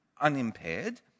unimpaired